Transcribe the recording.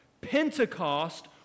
Pentecost